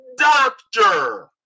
doctor